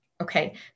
okay